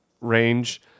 range